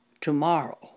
tomorrow